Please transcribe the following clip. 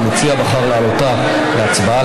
אך המציע בחר להעלותה להצבעה.